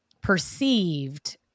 perceived